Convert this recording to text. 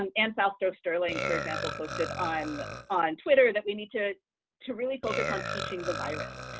um anne fausto-sterling for example, posted on on twitter that we need to to really focus on teaching the virus,